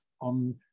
on